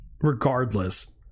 Regardless